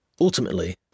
Ultimately